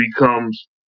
becomes